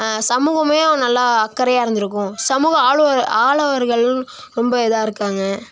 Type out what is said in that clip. சமூகமே அவங்க நல்லா அக்கறையாக இருந்திருக்கும் சமூக ஆளவர்கள் ரொம்ப இதாக இருக்காங்க